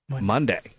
Monday